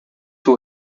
two